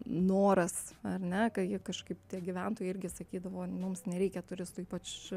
noras ar ne kai jie kažkaip tie gyventojai irgi sakydavo mums nereikia turistų ypač